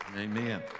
Amen